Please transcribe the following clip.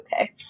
okay